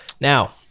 Now